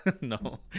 No